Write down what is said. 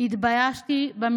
התביישתי בסגנון הדיבור,